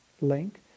link